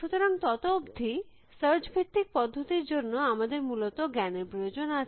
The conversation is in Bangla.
সুতরাং তত অবধি সার্চ ভিত্তিক পদ্ধতি র জন্য আমাদের মূলত জ্ঞানের প্রয়োজন আছে